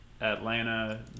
Atlanta